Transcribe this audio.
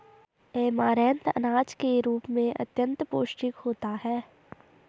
amaranth अनाज के रूप में अत्यंत पौष्टिक होता है